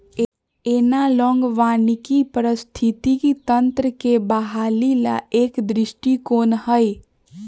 analogue वानिकी पारिस्थितिकी तंत्र के बहाली ला एक दृष्टिकोण हई